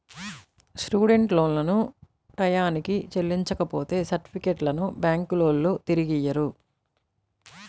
student లోన్లను టైయ్యానికి చెల్లించపోతే సర్టిఫికెట్లను బ్యాంకులోల్లు తిరిగియ్యరు